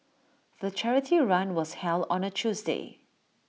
the charity run was held on A Tuesday